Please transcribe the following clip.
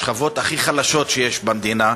לשכבות הכי חלשות שיש במדינה,